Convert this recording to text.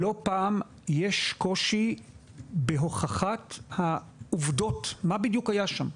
לא פעם יש קושי בהוכחת העובדות מה בדיוק היה שם.